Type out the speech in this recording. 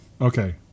okay